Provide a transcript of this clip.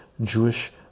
Jewish